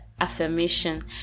affirmation